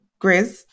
Grizz